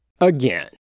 Again